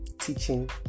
teaching